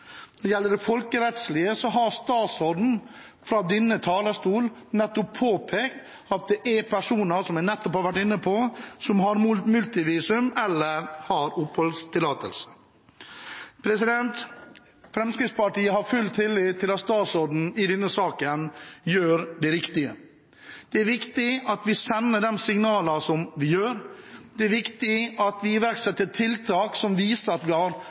Når det gjelder det folkerettslige, har statsråden fra denne talerstol nettopp påpekt at det er personer, som jeg nettopp har vært inne på, som har multivisum eller oppholdstillatelse. Fremskrittspartiet har full tillit til at statsråden i denne saken gjør det riktige. Det er viktig at vi sender de signalene som vi gjør. Det er viktig at vi iverksetter tiltak som viser at